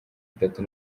itatu